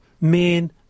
Men